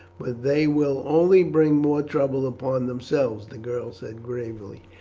but they will only bring more trouble upon themselves, the girl said gravely.